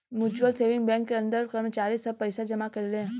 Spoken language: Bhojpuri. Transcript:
म्यूच्यूअल सेविंग बैंक के अंदर कर्मचारी सब पइसा जमा करेले